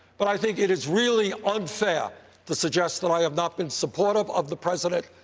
but i think it is really unfair to suggest that i have not been supportive of the president.